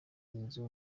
inzu